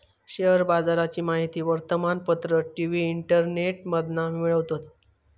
share बाजाराची माहिती वर्तमानपत्र, टी.वी, इंटरनेटमधना मिळवतत